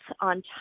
on